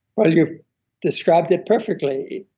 well, you've described it perfectly,